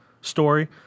story